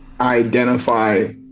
identify